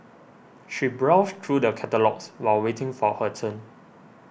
she browsed through the catalogues while waiting for her turn